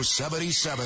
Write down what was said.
77